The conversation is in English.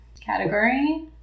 category